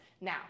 Now